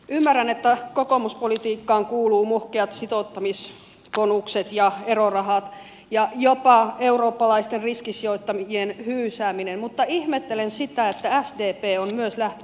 ymmärrän että kokoomuspolitiikkaan kuuluvat muhkeat sitouttamisbonukset ja erorahat ja jopa eurooppalaisten riskisijoittajien hyysääminen mutta ihmettelen sitä että sdp on myös lähtenyt tälle linjalle